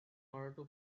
order